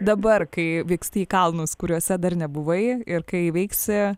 dabar kai vyksti į kalnus kuriuose dar nebuvai ir kai įveiksi